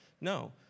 No